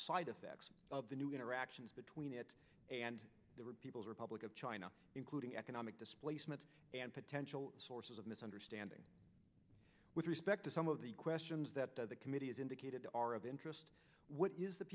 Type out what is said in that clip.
side effects of the new interactions between it and that would people's republic of china including economic displacement and potential sources of misunderstanding with respect to some of the questions that the committee has indicated are of interest what is the